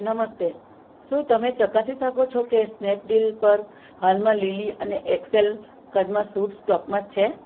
નમસ્તે શું તમે ચકાસી શકો છો કે સ્નેપડીલ પર હાલમાં લીલી અને એક્સેલ કદમાં સુટ્સ સ્ટોકમાં છે